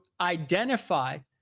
identified